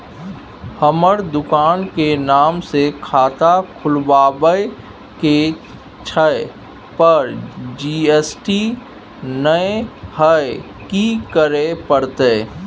हमर दुकान के नाम से खाता खुलवाबै के छै पर जी.एस.टी नय हय कि करे परतै?